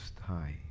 High